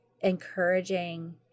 encouraging